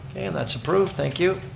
and that's approved, thank you.